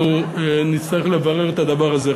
אנחנו נצטרך לברר את הדבר הזה.